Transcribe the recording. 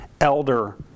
elder